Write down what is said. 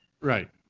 Right